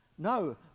No